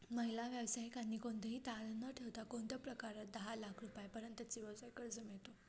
महिला व्यावसायिकांना कोणतेही तारण न ठेवता कोणत्या प्रकारात दहा लाख रुपयांपर्यंतचे व्यवसाय कर्ज मिळतो?